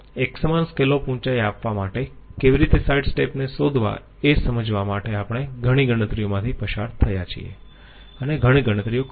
એકસમાન સ્કેલોપ ઉંચાઈ આપવા માટે કેવી રીતે સાઈડ સ્ટેપ ને શોધવા એ સમજવા માટે આપણે ઘણી ગણતરીઓમાંથી પસાર થયા છીએ અને ઘણી ગણતરીઓ કરી છે